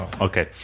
okay